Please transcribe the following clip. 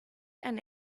and